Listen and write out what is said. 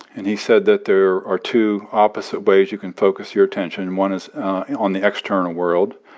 and he said that there are two opposite ways you can focus your attention. one is on the external world.